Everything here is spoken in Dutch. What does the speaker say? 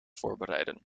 voorbereiden